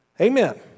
Amen